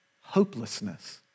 hopelessness